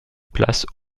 place